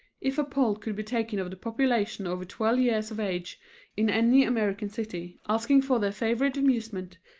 if a poll could be taken of the population over twelve years of age in any american city, asking for their favorite amusement,